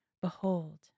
Behold